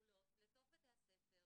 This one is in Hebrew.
פעולות לתוך בתי הספר